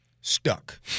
stuck